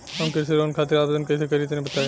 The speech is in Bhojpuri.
हम कृषि लोन खातिर आवेदन कइसे करि तनि बताई?